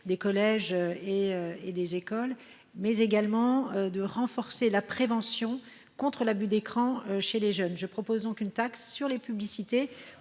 des collèges et des écoles, mais également à renforcer la prévention contre l’abus d’écran chez les jeunes. Il est donc proposé d’instaurer une taxe sur les publicités